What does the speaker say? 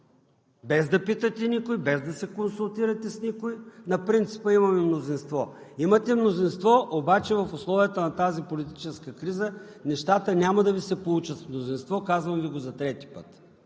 без да питате никой, без да се консултирате с никой и на принципа „имаме мнозинство“. Имате мнозинство, обаче в условията на тази политическа криза нещата няма да Ви се получат с мнозинство. Казвам Ви го за трети път: